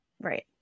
right